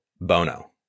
bono